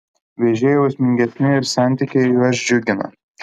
vėžiai jausmingesni ir santykiai juos džiugina